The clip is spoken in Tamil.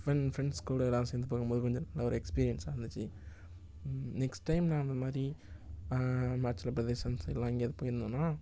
ஃபென் ஃப்ரெண்ட்ஸ் கூட எல்லாரும் சேர்ந்து போகும்போது கொஞ்சம் நல்ல ஒரு எக்ஸ்பீரியன்ஸாக இருந்துச்சு நெக்ஸ்ட் டைம் நான் அந்த மாதிரி ஹிமாச்சலப்பிரதேசம் சைட் எல்லாம் எங்கேயாது போயிருந்தோன்னா